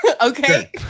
Okay